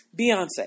Beyonce